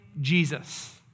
Jesus